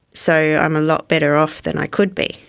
so i'm a lot better off than i could be.